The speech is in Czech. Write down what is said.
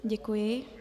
Děkuji.